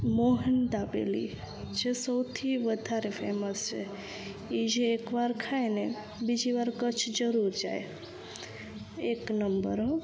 મોહન દાબેલી જે સૌથી વધારે ફેમસ છે એ જે એકવાર ખાય ને બીજીવાર કચ્છ જરૂર જાય એક નંબર હોં